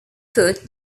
put